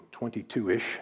22-ish